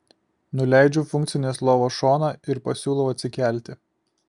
nuleidžiu funkcinės lovos šoną ir pasiūlau atsikelti